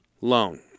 loan